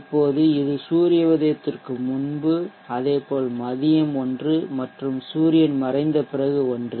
இப்போது இது சூரிய உதயத்திற்கு முன்பு அதேபோல் மதியம் ஒன்று மற்றும் சூரியன் மறைந்த பிறகு ஒன்று